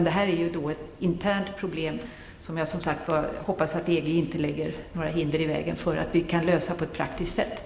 Det här är ett internt problem, där jag som sagt hoppas att EG inte lägger hinder i vägen för en praktisk lösning.